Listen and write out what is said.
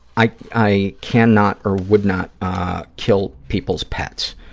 i i cannot or would not kill people's pets,